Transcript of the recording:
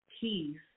peace